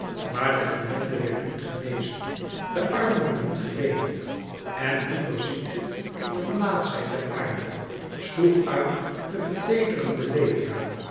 maar de ellende werd niet genezen de armoede niet gelenigd en dieper ziekte in de melaatschheid der aarde sloeg uit de